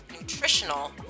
nutritional